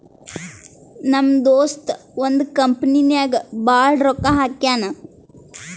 ನಮ್ ದೋಸ್ತ ಒಂದ್ ಕಂಪನಿ ನಾಗ್ ಭಾಳ್ ರೊಕ್ಕಾ ಹಾಕ್ಯಾನ್